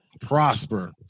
Prosper